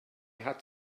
had